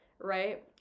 right